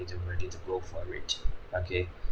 to ready to go for it okay